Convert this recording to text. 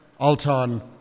Altan